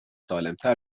سالمتر